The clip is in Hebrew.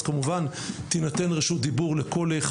כבר ערכנו דיון וקיבלנו החלטה לפני מספר